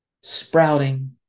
sprouting